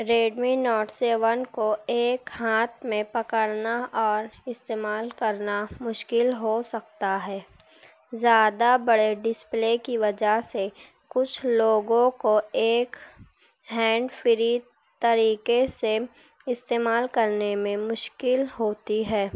Redmi note seven کو ایک ہاتھ میں پکڑنا اور استعمال کرنا مشکل ہو سکتا ہے زیادہ بڑے ڈسپلے کی وجہ سے کچھ لوگوں کو ایک ہینڈ فری طریقے سے استعمال کرنے میں مشکل ہوتی ہے